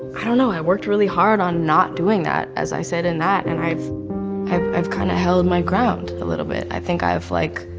i don't know, i worked really hard on not doing that as i said in that, and i've i've kind of held my ground a little bit. i think i've like,